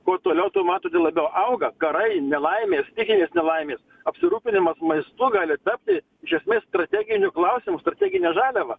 kuo toliau tuo matote labiau auga karai nelaimės stichinės nelaimės apsirūpinimas maistu gali tapti iš esmės strateginiu klausimu strategine žaliava